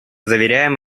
заверяем